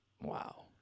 wow